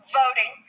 voting